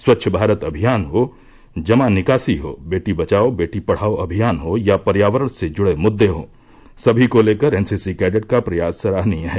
स्वच्छ भारत अभियान हो जमा निकासी हो बेटी बचाओ बेटी पढ़ाओ अभियान हो या पर्यावरण से जूड़े मुददे हो सभी को लेकर एनसीसी कैडेट का प्रयास सराहनीय है